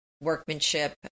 workmanship